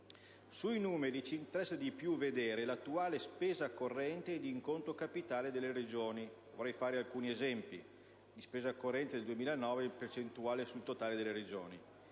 Sui numeri ci interessa di più vedere l'attuale spesa corrente ed in conto capitale delle Regioni. Cito alcuni esempi in relazione alla spesa corrente del 2009 in percentuale sul totale delle Regioni: